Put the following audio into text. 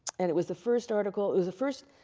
and it was the first article, it was the first,